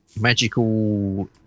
magical